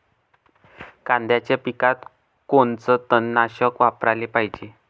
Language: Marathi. कांद्याच्या पिकात कोनचं तननाशक वापराले पायजे?